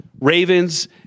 Ravens